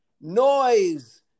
noise